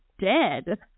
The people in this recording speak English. dead